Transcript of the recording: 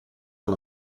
van